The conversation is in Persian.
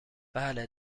بله